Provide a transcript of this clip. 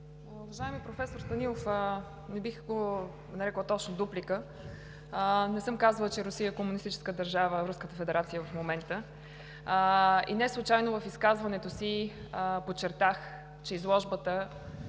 Уважаеми професор Станилов, не бих го нарекла точно дуплика. Не съм казвала, че Русия е комунистическа държава, Руската федерация в момента. Неслучайно в изказването си подчертах, че изложбата